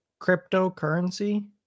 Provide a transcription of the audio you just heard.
cryptocurrency